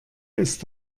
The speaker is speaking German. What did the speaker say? ist